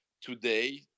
today